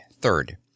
Third